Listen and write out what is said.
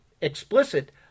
explicit